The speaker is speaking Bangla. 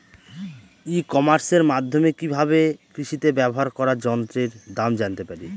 ই কমার্সের মাধ্যমে কি ভাবে কৃষিতে ব্যবহার করা যন্ত্রের দাম জানতে পারি?